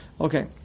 Okay